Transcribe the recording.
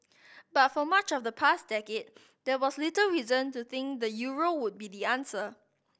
but for much of the past decade there was little reason to think the euro would be the answer